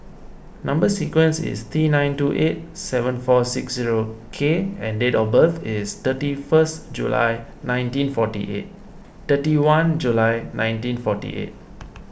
Number Sequence is T nine two eight seven four six zero K and date of birth is thirty first July nineteen forty eight thirty one July nineteen forty eight